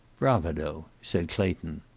bravado, said clayton.